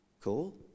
cool